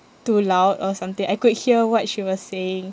too loud or something I could hear what she was saying